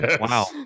Wow